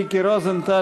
מיקי רוזנטל,